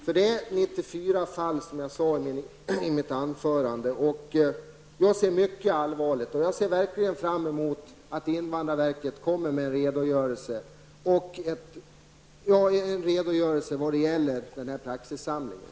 Som jag sade i mitt anförande är det fråga om 94 fall, och jag ser mycket allvarligt på det. Jag ser verkligen fram emot att invandrarverket kommer med en redogörelse i fråga om den här praxissamlingen.